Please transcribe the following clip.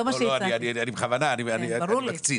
לא, אני בכוונה מקצין.